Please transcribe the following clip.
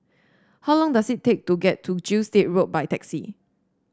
how long does it take to get to Gilstead Road by taxi